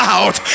out